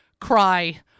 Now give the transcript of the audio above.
cry